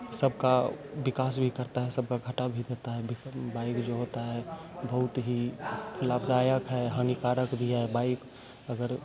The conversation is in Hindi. सबका विकास भी करता है सब का घटा भी देता है बाइक जो होता है बहुत ही लाभदायक है हानिकारक भी है बाइक अगर